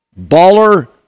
baller